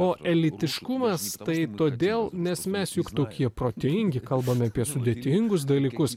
o elitiškumas tai todėl nes mes juk tokie protingi kalbame apie sudėtingus dalykus